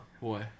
boy